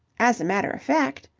as a matter of fact,